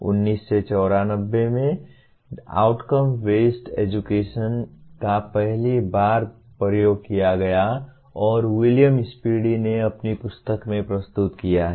1994 में outcome based education का पहली बार प्रयोग किया गया और विलियम स्पैडी ने अपनी पुस्तक में प्रस्तुत किया हैं